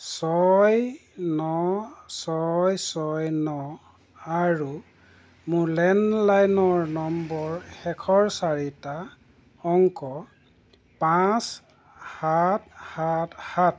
ছয় ন ছয় ছয় ন আৰু মোৰ লেণ্ডলাইন নম্বৰৰ শেষৰ চাৰিটা অংক পাঁচ সাত সাত সাত